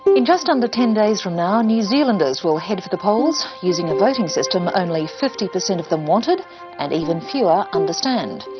in just under ten days from now new zealanders will head for the polls using a voting system only fifty percent of them wanted and even fewer understand.